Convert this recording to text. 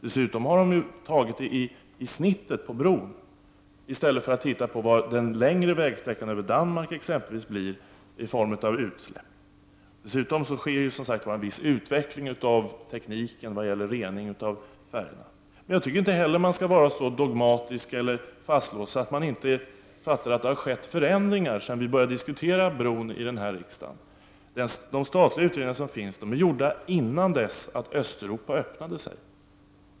Dessutom har man tagit ett snitt på bron, i stället för att titta på vad det exempelvis blir för utsläpp på den längre vägsträckan i Danmark. Det sker naturligtvis också en viss utveckling av tekniken vad gäller rening av färjorna. Jag tycker inte att man skall vara så dogmatisk eller fastlåst att man inte förstår att det har skett förändringar sedan vi började diskutera bron i riksdagen. De statliga utredningarna som finns är gjorda innan Östeuropa öppnade sig.